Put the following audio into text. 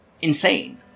insane